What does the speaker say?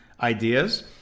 ideas